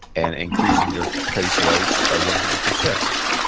and increasing their caseloads by one hundred per cent.